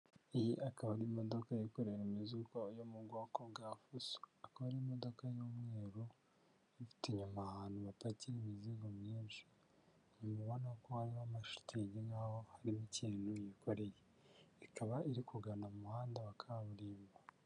Iyi akaba ari imodoka yikorera imizigo yo mu bwoko bwa fuso. Akaba ari imodoka y'umweru, ifite inyuma ahantu hapakira imizigo myinshi. Inyuma ubona ko hariho amashitingi nk'aho harimo ikintu yikoreye. Ikaba iri kugana mu muhanda wa kaburimbo.